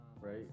Right